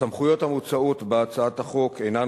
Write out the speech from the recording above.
הסמכויות המוצעות בהצעת החוק אינן